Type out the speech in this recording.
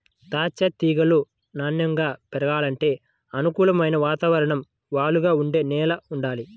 దాచ్చా తీగలు నాన్నెంగా పెరగాలంటే అనుకూలమైన వాతావరణం, వాలుగా ఉండే నేల వుండాలి